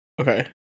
Okay